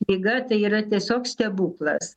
knyga tai yra tiesiog stebuklas